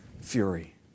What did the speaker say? fury